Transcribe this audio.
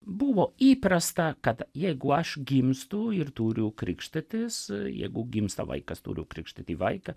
buvo įprasta kad jeigu aš gimstu ir turiu krikštytis jeigu gimsta vaikas turiu krikštyti vaiką